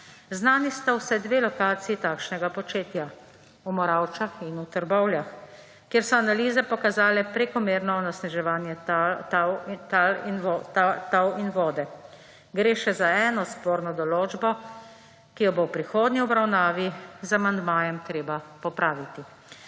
Znani sta vsaj dve lokaciji takšnega početja; v Moravčah in v Trbovljah, kjer so analize pokazale prekomerno onesnaževanje tal in vode. Gre še za eno sporno določbo, ki jo bo v prihodnji obravnavi z amandmajem treba popraviti.